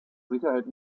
sicherheit